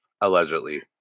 allegedly